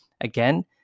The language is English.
Again